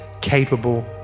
capable